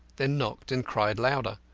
then knocked, and cried louder.